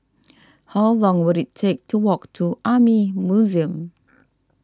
how long will it take to walk to Army Museum